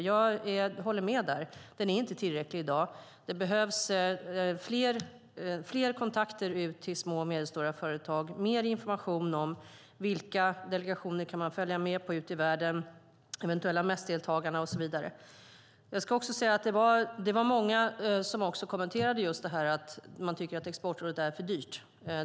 Jag håller med där, den är inte tillräcklig i dag. Det behövs fler kontakter ut till små och medelstora företag, mer information om vilka delegationer man kan följa med på ute i världen, eventuella mässdeltaganden och så vidare. Det var många som kommenterade detta och tyckte att Exportrådet är för dyrt.